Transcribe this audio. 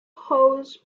holds